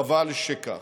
חבל שכך.